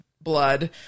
blood